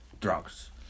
drugs